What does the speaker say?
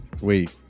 Wait